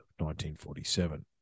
1947